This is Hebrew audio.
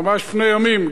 ממש לפני ימים,